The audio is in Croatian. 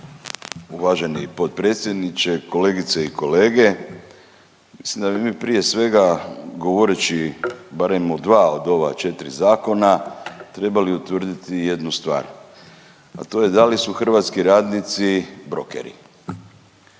Uvaženi potpredsjedniče, kolegice i kolege, mislim da bi mi prije svega govoreći barem o 2 od ova 4 zakona trebali utvrditi jednu stvar, a to je da li su hrvatski radnici brokeri.